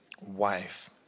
wife